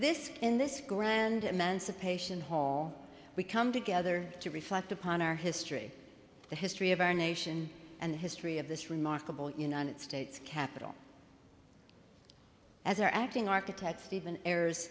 this in this grand emancipation hall we come together to reflect upon our history the history of our nation and the history of this remarkable united states capitol as our acting architect stephen a